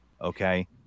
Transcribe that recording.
Okay